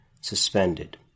suspended